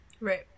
right